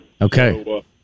Okay